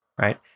right